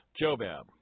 Jobab